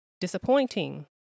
disappointing